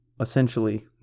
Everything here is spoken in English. essentially